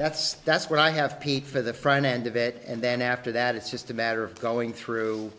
that's that's what i have paid for the front end of it and then after that it's just a matter of going through